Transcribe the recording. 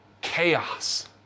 chaos